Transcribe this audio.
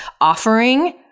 offering